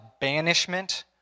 banishment